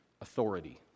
authority